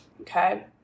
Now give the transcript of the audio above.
okay